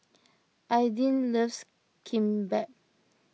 Aidyn loves Kimbap